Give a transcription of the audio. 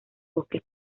bosques